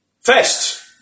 First